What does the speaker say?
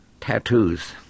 Tattoos